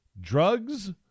Drugs